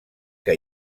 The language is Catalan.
que